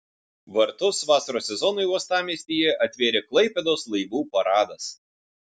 vartus vasaros sezonui uostamiestyje atvėrė klaipėdos laivų paradas